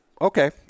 okay